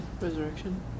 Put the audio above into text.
Resurrection